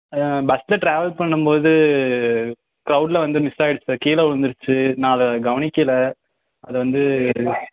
பஸ்சில் ட்ராவல் பண்ணும் போது க்ரௌட்டில் வந்து மிஸ் ஆகிடிச்சி சார் கீழே உழுந்துரிச்சி நான் வ கவனிக்கலை அதை வந்து